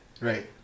right